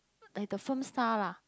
like the film star lah